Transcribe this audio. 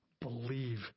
believe